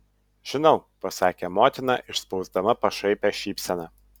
žinau pasakė motina išspausdama pašaipią šypseną